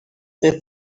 they